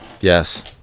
Yes